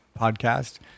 podcast